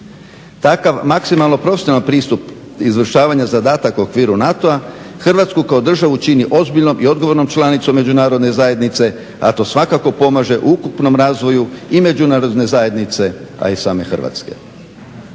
Takav maksimalno …/Ne razumije se./… pristup izvršavanja zadataka u okviru NATO-a Hrvatsku kao državu čini ozbiljnom i odgovornom članicom Međunarodne zajednice, a to svakako pomaže ukupnom razvoju i Međunarodne zajednice, a i same Hrvatske.